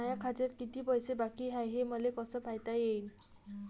माया खात्यात किती पैसे बाकी हाय, हे मले कस पायता येईन?